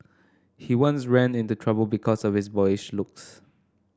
he once ran into trouble because of his boyish looks